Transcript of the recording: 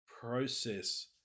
process